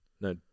No